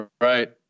Right